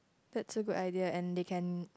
that's a good idea and they can